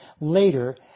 later